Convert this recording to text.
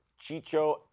Chicho